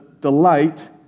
delight